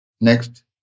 Next